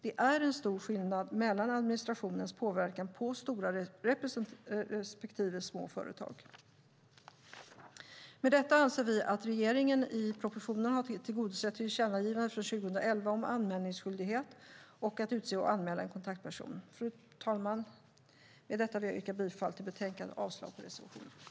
Det är stor skillnad mellan administrationens påverkan på stora respektive på små företag. Med detta anser vi att regeringen i propositionen har tillgodosett tillkännagivandet från 2011 om anmälningsskyldighet och att utse och anmäla en kontaktperson. Fru talman! Med detta vill jag yrka bifall till förslaget i betänkandet och avslag på reservationen.